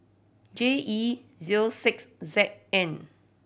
J E zero six Z N